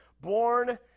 Born